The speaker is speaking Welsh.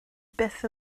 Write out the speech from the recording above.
byth